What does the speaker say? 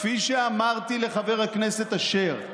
כפי שאמרתי לחבר הכנסת אשר,